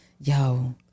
Yo